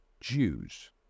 Jews